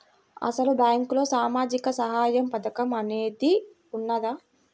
అసలు బ్యాంక్లో సామాజిక సహాయం పథకం అనేది వున్నదా?